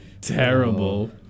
terrible